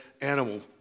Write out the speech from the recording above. animal